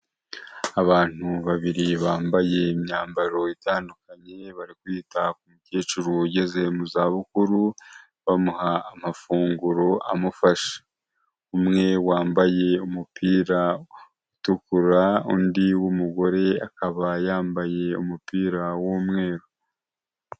Abantu babiri bambaye imyambaro itandukanye barikwita ku mukecuru ugeze mu za bukuru bamuha amafunguro amufasha; umwe wambaye umupira utukura undi w'umugore akaba yambaye umupira w'umweru.